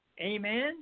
Amen